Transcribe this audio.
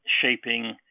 shaping